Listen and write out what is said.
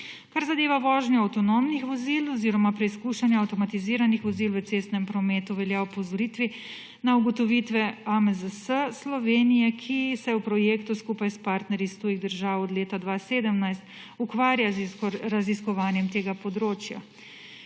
Kar zadeva vožnje avtonomnih vozil oziroma preizkušanja avtomatiziranih vozil v cestnem prometu, velja opozoriti na ugotovitve AMZS Slovenije, ki se v projektu skupaj s partnerji iz tujih držav od leta 2017 ukvarja z raziskovanjem tega področja.